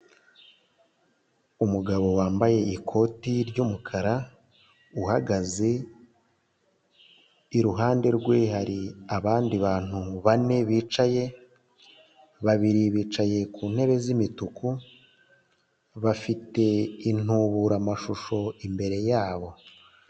Umugabo wambaye ikoti ry'umukara uhagaze, iruhande rwe hari abandi bantu bane bicaye, babiri bicaye ku ntebe z'imituku bafite intuburamashusho imbere yabo.